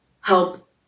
help